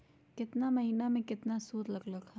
केतना महीना में कितना शुध लग लक ह?